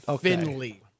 Finley